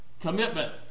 commitment